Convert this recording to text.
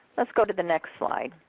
let's go to the next slide.